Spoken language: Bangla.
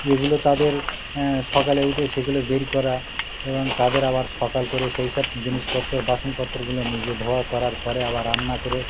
এগুলো তাদের সকালে উঠে সেগুলো বের করা এবং তাদের আবার সকাল করে সেইসব জিনিসপত্র বাসনপত্রগুলো নিজে ধোয়া করার পরে আবার রান্না করে